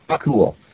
Cool